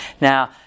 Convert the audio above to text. now